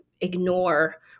ignore